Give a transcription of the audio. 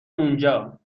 اونجا